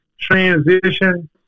transition